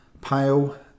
pale